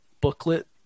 booklet